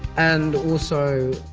and also,